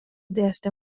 dėstė